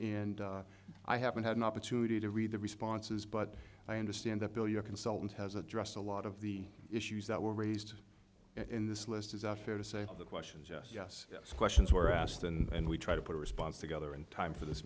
and i haven't had an opportunity to read the responses but i understand that bill your consultant has addressed a lot of the issues that were raised in this list is a fair to say the questions yes yes yes questions were asked and we try to put a response together in time for this